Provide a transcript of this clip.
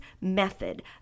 method